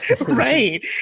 Right